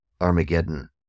Armageddon